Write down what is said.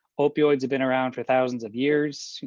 opioids have been around for thousands of years,